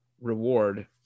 reward